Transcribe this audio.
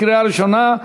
קריאה ראשונה.